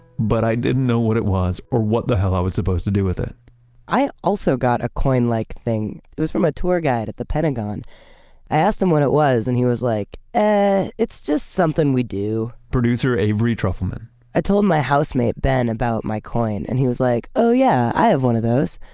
but i didn't know what it was or what the hell i was supposed to do with it i also got a coin-like like thing. it was from a tour guide at the pentagon. i asked him what it was. and he was like, ah, it's just something we do. producer avery trufelman i told my housemate, ben, about my coin. and he was like, oh yeah, i have one of those.